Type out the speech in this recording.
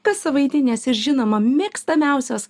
kas savaitinės ir žinoma mėgstamiausios